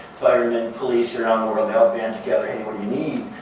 firemen, police around the world help band together, hey, what do you need?